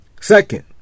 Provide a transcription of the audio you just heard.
second